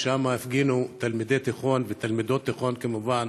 שם הפגינו תלמידי תיכון ותלמידות תיכון כמובן